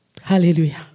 Hallelujah